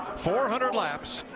four hundred laps,